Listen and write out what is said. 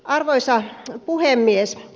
arvoisa puhemies